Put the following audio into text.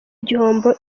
igihombo